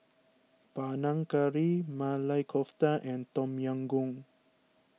Panang Curry Maili Kofta and Tom Yam Goong